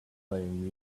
playing